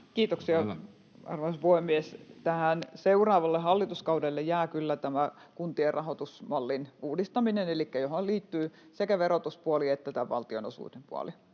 Kiitoksia, arvoisa puhemies! Seuraavalle hallituskaudelle jää kyllä tämä kuntien rahoitusmallin uudistaminen, johon siis liittyy sekä verotuspuoli että tämä valtionosuuden puoli.